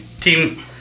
team